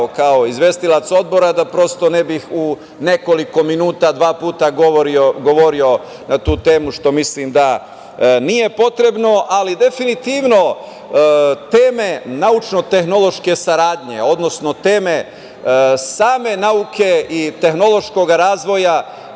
kao izvestilac odbora, da prosto ne bih u nekoliko minuta dva puta govorio na tu temu, što mislim da nije potrebno. Definitivno teme naučno-tehnološke saradnje, odnosno teme same nauke i tehnološkog razvoja